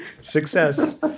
Success